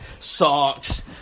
socks